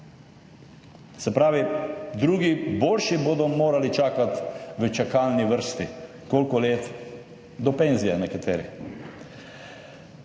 Se pravi, drugi, boljši, bodo morali čakati v čakalni vrsti. Koliko let? Nekateri